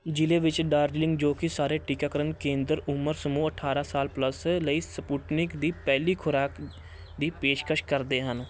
ਜ਼ਿਲ੍ਹੇ ਵਿੱਚ ਦਾਰਜੀਲਿੰਗ ਜੋ ਕਿ ਸਾਰੇ ਟੀਕਾਕਰਨ ਕੇਂਦਰ ਉਮਰ ਸਮੂਹ ਅਠਾਰ੍ਹਾਂ ਸਾਲ ਪਲੱਸ ਲਈ ਸਪੁਟਨਿਕ ਦੀ ਪਹਿਲੀ ਖੁਰਾਕ ਦੀ ਪੇਸ਼ਕਸ਼ ਕਰਦੇ ਹਨ